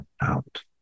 out